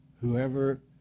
Whoever